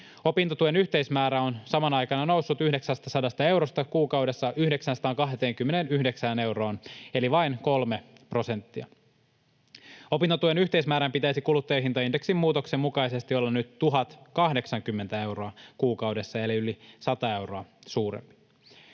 opintotuen yhteismäärä on samana aikana noussut 900 eurosta kuukaudessa 929 euroon eli vain kolme prosenttia. Opintotuen yhteismäärän pitäisi kuluttajahintaindeksin muutoksen mukaisesti olla nyt 1 080 euroa kuukaudessa eli yli 100 euroa suurempi.